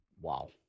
Wow